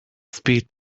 speak